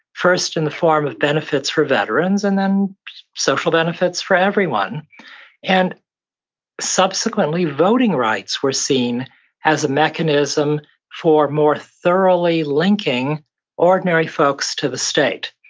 first, in the form of benefits for veterans, and then social benefits for everyone and subsequently, voting rights were seen as a mechanism for more thoroughly linking ordinary folks to the state.